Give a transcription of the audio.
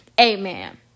Amen